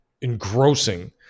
engrossing